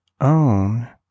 own